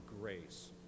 grace